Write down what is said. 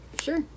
Sure